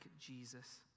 Jesus